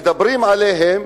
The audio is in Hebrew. מדברים עליהם,